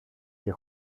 και